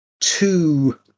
two